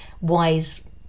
wise